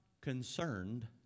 concerned